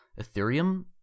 Ethereum